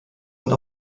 sind